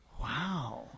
wow